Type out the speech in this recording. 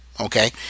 okay